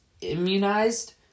immunized